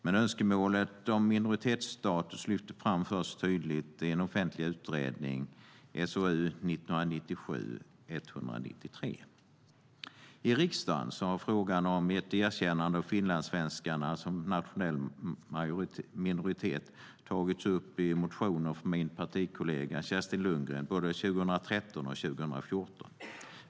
Men önskemålet om en minoritetsstatus lyftes fram mer tydligt först i en offentlig utredning, SOU 1997:193. I riksdagen har frågan om ett erkännande av finlandssvenskarna som en nationell minoritet tagits upp i motioner av min partikollega Kerstin Lundgren både 2013 och 2014.